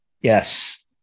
Yes